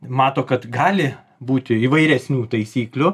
mato kad gali būti įvairesnių taisyklių